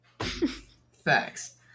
thanks